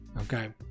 okay